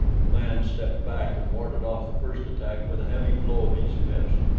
the man stepped back and warded off the first attack with a heavy blow of his fist,